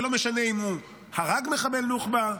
ולא משנה אם הוא הרג מחבל נוח'בה,